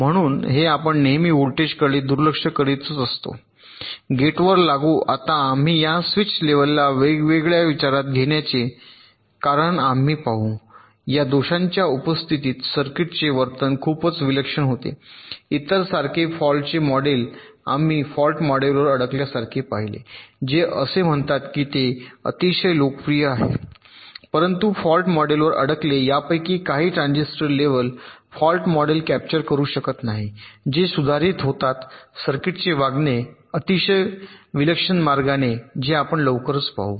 म्हणून हे आपण नेहमी व्होल्टेजकडे दुर्लक्ष करीतच असतो गेट वर लागू आता आम्ही या स्विच लेव्हलला वेगळ्यासाठी विचारात घेण्याचे कारण आम्ही पाहू या दोषांच्या उपस्थितीत सर्किटचे वर्तन खूपच विलक्षण होते इतर सारखे फॉल्टचे मॉडेल आम्ही फॉल्ट मॉडेलवर अडकल्यासारखे पाहिले जे असे म्हणतात की ते अतिशय लोकप्रिय आहे परंतु फॉल्ट मॉडेलवर अडकले यापैकी काही transistor level fault models capture करू शकत नाहीत जे सुधारित होतात सर्किटचे वागणे अतिशय विलक्षण मार्गाने जे आपण लवकरच पाहू